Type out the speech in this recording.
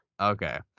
Okay